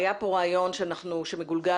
היה פה רעיון שמגולגל